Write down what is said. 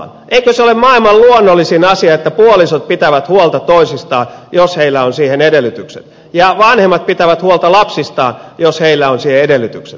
eikö se ole maailman luonnollisin asia että puolisot pitävät huolta toisistaan jos heillä on siihen edellytykset ja vanhemmat pitävät huolta lapsistaan jos heillä on siihen edellytykset